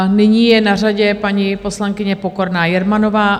Nyní je na řadě paní poslankyně Pokorná Jermanová.